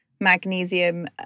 magnesium